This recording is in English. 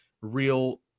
real